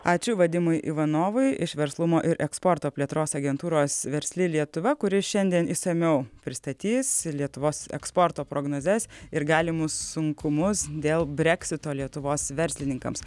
ačiū vadimui ivanovui iš verslumo ir eksporto plėtros agentūros versli lietuva kuri šiandien išsamiau pristatys lietuvos eksporto prognozes ir galimus sunkumus dėl breksito lietuvos verslininkams